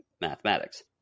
mathematics